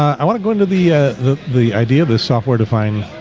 i want to go into the the the idea of this software-defined